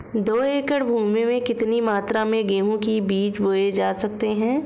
दो एकड़ भूमि में कितनी मात्रा में गेहूँ के बीज बोये जा सकते हैं?